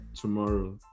tomorrow